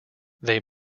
they